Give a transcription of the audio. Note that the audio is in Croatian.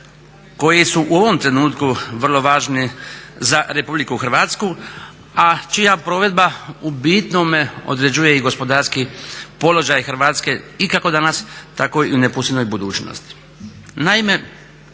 koji su u ovom trenutku vrlo važni za RH, a čija provedba u bitnome određuje i gospodarski položaj Hrvatske i kako danas, tako i u neposrednoj budućnosti.